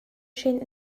hren